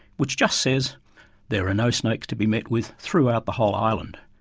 which just says there are no snakes to be met with throughout the whole island.